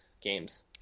games